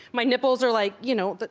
my nipples are like, you know, but